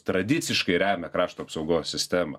tradiciškai remia krašto apsaugos sistemą